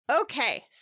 Okay